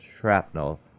shrapnel